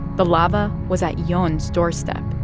the lava was at yeah ah jon's doorstep,